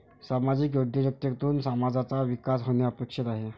सामाजिक उद्योजकतेतून समाजाचा विकास होणे अपेक्षित आहे